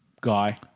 guy